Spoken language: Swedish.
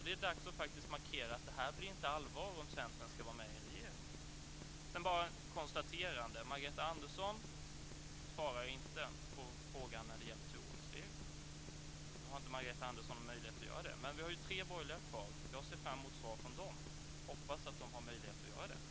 Det är dags att markera att det inte blir allvar om Centern ska vara med i en regering. Jag konstaterar att Margareta Andersson inte svarar på frågan när det gäller turordningsregler. Nu har Margareta Andersson inte möjlighet att göra det, men det finns tre borgerliga ledamöter kvar. Jag ser fram emot svar från dem. Jag hoppas att de har möjlighet att göra det.